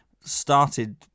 started